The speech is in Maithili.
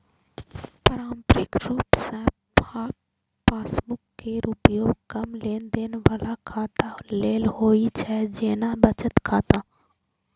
पारंपरिक रूप सं पासबुक केर उपयोग कम लेनदेन बला खाता लेल होइ छै, जेना बचत खाता